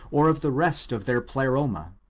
or of the rest of their pleroma.